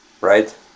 right